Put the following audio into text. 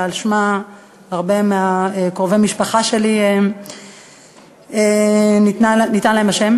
שעל שמה הרבה מקרובי המשפחה שלי קרויים זה מהצד הטריפוליטאי שלך.